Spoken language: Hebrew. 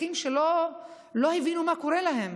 אזרחים שלא הבינו מה קורה להם.